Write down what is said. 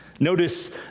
Notice